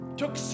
took